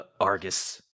Argus